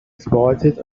exploited